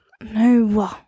No